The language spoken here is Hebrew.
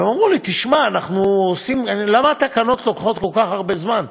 ואמרו לי, למה התקנות לוקחות כל כך הרבה זמן,